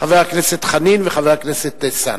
חבר הכנסת חנין וחבר הכנסת אלסאנע.